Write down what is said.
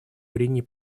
прений